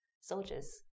soldiers